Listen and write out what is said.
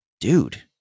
dude